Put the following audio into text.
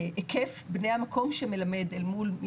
ההיקף בני המקום שמלמד אל מול אלו